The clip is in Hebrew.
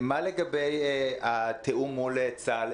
מה לגבי התיאום מול צה"ל?